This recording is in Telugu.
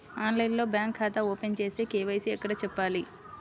ఆన్లైన్లో బ్యాంకు ఖాతా ఓపెన్ చేస్తే, కే.వై.సి ఎక్కడ చెప్పాలి?